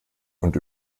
und